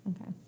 Okay